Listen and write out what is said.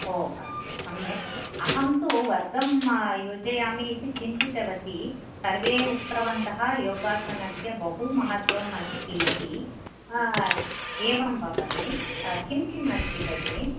हो अस्तु सम्यक् अहं तु वर्गं योजयामि इति चिन्तितवती सर्वे उक्तवन्तः योगासनस्य बहुमहत्त्वम् अस्तीति एवं वा भगिनि किं किमस्ति भगिनि